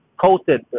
coated